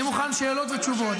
סכינים מתחדדות אחת אל מול חברתה,